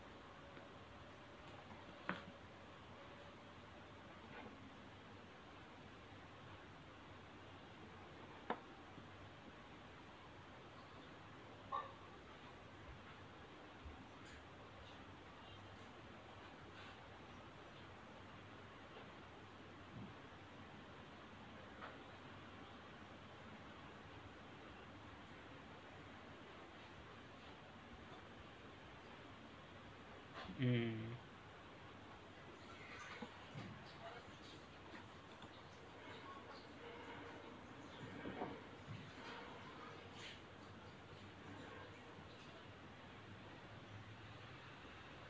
mm